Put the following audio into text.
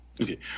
Okay